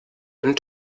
ein